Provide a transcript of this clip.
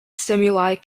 stimuli